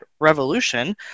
Revolution